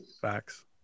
Facts